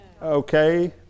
Okay